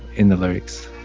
in the lyrics